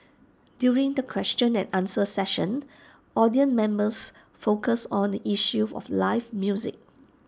during the question and answer session audience members focused on the issue of live music